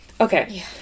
Okay